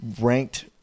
ranked